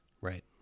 Right